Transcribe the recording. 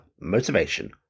Motivation